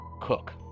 Cook